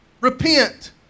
Repent